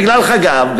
בגלל חגב,